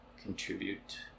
contribute